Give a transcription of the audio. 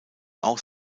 auch